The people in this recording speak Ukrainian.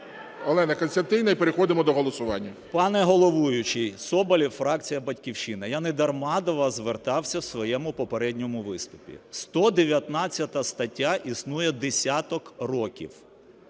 Олена Костянтинівна, і переходимо до голосування. 12:59:37 СОБОЛЄВ С.В. Пане головуючий, Соболєв, фракція "Батьківщина". Я недарма до вас звертався в своєму попередньому виступі. 119 стаття існує десяток років.